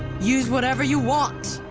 use whatever you want!